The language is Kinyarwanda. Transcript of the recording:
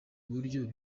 buryo